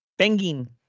Pengin